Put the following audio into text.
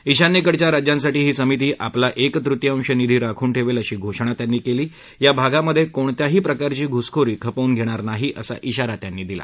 ईशान्यकडच्या राज्यांसाठी ही समिती आपला एक तृतीयांश निधी राखून ठेवेल अशी घोषणा त्यांनी केली या भागामधे कोणत्याही प्रकारची घुसखोरी खपवून घेणार नाही असा आरा त्यांनी दिला